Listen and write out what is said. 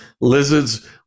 lizards